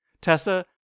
Tessa